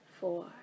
four